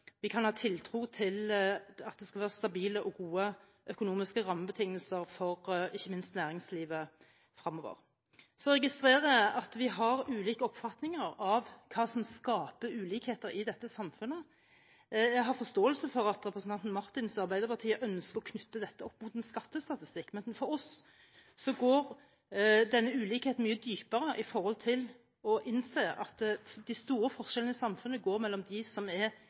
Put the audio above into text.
vi kan ha tiltro til at det skal være stabile og gode økonomiske rammebetingelser ikke for minst næringslivet fremover. Jeg registrerer at vi har ulike oppfatninger av hva som skaper ulikheter i dette samfunnet. Jeg har forståelse for at representanten Marthinsen og Arbeiderpartiet ønsker å knytte dette opp mot en skattestatistikk, men for oss går denne ulikheten mye dypere og handler om å innse at de store forskjellene i samfunnet går mellom dem som er